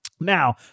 Now